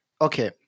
okay